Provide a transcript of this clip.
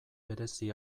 berezi